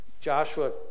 Joshua